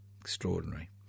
Extraordinary